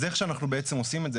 אז איך שאנחנו בעצם עושים את זה,